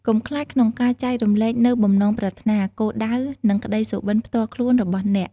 កុំខ្លាចក្នុងការចែករំលែកនូវបំណងប្រាថ្នា គោលដៅ និងក្ដីសុបិន្តផ្ទាល់ខ្លួនរបស់អ្នក។